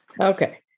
Okay